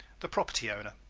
the property owner